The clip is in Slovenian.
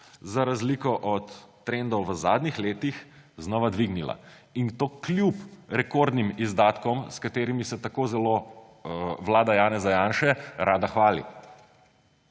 za razliko od trendov v zadnjih letih znova dvignila, in to kljub rekordnim izdatkom, s katerimi se tako zelo vlada Janeza Janše rada hvali.